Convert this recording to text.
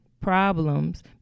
problems